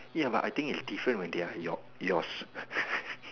ya but I think it's different when they are your your s~